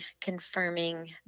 confirming